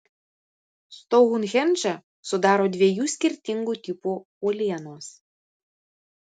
stounhendžą sudaro dviejų skirtingų tipų uolienos